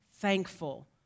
thankful